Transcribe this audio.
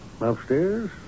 upstairs